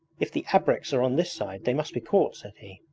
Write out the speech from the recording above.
if the abreks are on this side they must be caught said he.